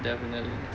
definitely